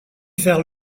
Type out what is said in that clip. faire